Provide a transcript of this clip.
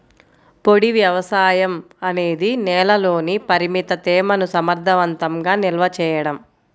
పొడి వ్యవసాయం అనేది నేలలోని పరిమిత తేమను సమర్థవంతంగా నిల్వ చేయడం